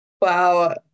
Wow